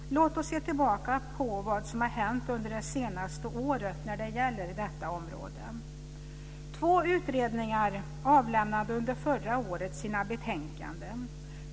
Låt oss se tillbaka på vad som har hänt under det senaste året på detta område. Två utredningar avlämnade under förra året sina betänkanden.